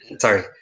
sorry